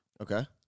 Okay